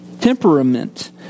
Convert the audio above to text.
temperament